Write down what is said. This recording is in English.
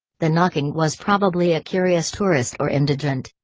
the knocking was probably a curious tourist or indigent.